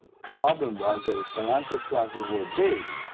problem was that escalante's classes were big.